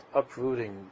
uprooting